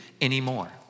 anymore